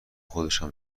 خودشان